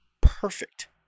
perfect